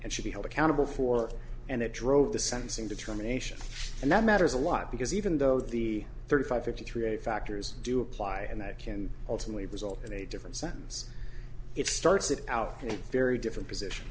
and should be held accountable for and it drove the sentencing determination and that matters a lot because even though the thirty five fifty three factors do apply and that can ultimately result in a different sentence it starts it out in a very different position